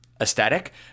aesthetic